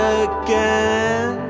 again